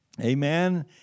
Amen